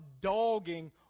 dogging